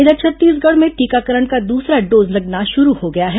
इधर छत्तीसगढ़ में टीकाकरण का दूसरा डोज लगना शुरू हो गया है